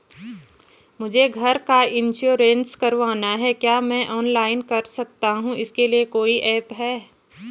मुझे घर का इन्श्योरेंस करवाना है क्या मैं ऑनलाइन कर सकता हूँ इसके लिए कोई ऐप है?